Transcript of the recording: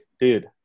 dude